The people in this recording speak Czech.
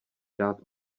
dát